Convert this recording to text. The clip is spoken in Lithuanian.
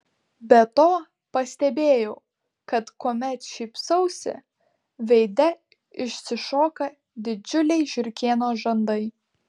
be to pastebėjau kad kuomet šypsausi veide išsišoka didžiuliai žiurkėno žandai